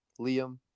Liam